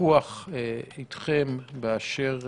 ויכוח אתכם באשר